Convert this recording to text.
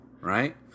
right